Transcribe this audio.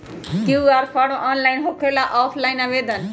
QR form online होकेला कि offline आवेदन?